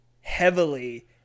heavily